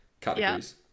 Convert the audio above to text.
Categories